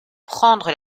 prendre